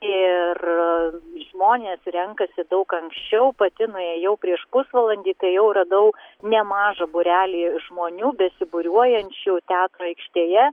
ir žmonės renkasi daug anksčiau pati nuėjau prieš pusvalandį tai jau radau nemažą būrelį žmonių besibūriuojančių teatro aikštėje